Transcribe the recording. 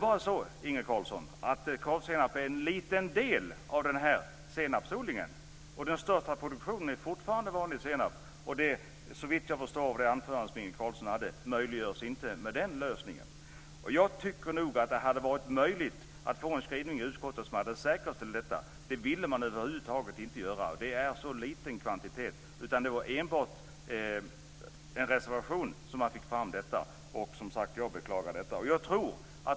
Kravsenap är en liten del av senapsodlingen. Den största produktionen är fortfarande vanlig senap. Vad jag förstår av Inge Carlssons anförande är det inte möjligt med den lösningen. Det hade varit möjligt att få med en skrivning i utskottsbetänkandet som hade säkerställt detta. Det ville man över huvud taget inte göra. Det är en så liten kvantitet. Det gick enbart att få fram detta i en reservation. Jag beklagar detta.